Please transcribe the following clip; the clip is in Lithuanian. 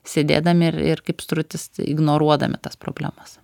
sėdėdami ir ir kaip strutis ignoruodami tas problemas